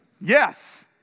Yes